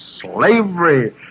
slavery